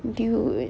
dude